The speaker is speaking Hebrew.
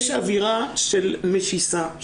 יש אווירה של משיסה,